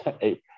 Eight